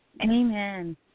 Amen